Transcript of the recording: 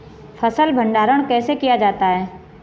फ़सल भंडारण कैसे किया जाता है?